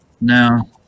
Now